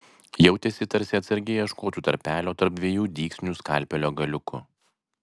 jautėsi tarsi atsargiai ieškotų tarpelio tarp dviejų dygsnių skalpelio galiuku